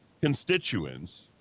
constituents